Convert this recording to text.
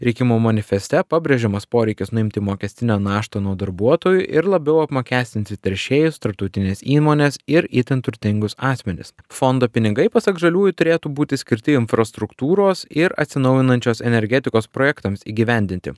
rinkimų manifeste pabrėžiamas poreikis nuimti mokestinę naštą nuo darbuotojų ir labiau apmokestinti teršėjus tarptautines įmones ir itin turtingus asmenis fondo pinigai pasak žaliųjų turėtų būti skirti infrastruktūros ir atsinaujinančios energetikos projektams įgyvendinti